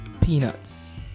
peanuts